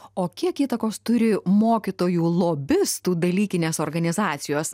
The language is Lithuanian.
o kiek įtakos turi mokytojų lobistų dalykinės organizacijos